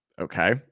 Okay